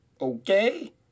okay